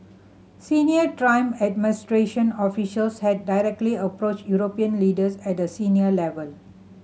Senior Trump administration officials had directly approached European leaders at a senior level